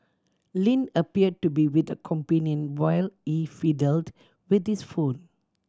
Lin appeared to be with a companion while he fiddled with his phone